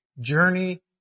journey